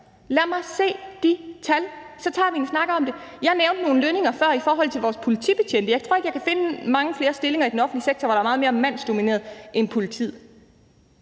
Lad mig se de tal! Så tager vi en snak om det. Jeg nævnte nogle lønninger før i forhold til vores politibetjente. Jeg tror ikke, jeg kan finde mange andre stillinger i den offentlige sektor, hvor det er meget mere mandsdomineret end i politiet.